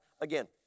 again